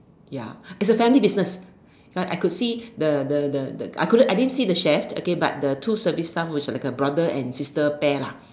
ya is a family business is like I could see the the the the I couldn't I didn't see the chef okay but the two service staff which like a brother and sister pair lah